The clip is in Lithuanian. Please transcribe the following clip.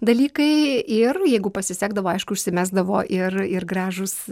dalykai ir jeigu pasisekdavo aišku užsimesdavo ir ir gražūs